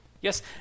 Yes